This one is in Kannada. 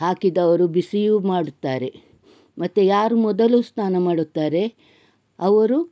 ಹಾಕಿದವರು ಬಿಸಿಯೂ ಮಾಡುತ್ತಾರೆ ಮತ್ತು ಯಾರು ಮೊದಲು ಸ್ನಾನ ಮಾಡುತ್ತಾರೆ ಅವರು